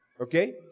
Okay